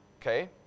Okay